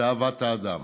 ואהבת אדם.